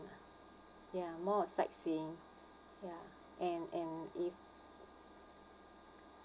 ya more of sightseeing ya and and if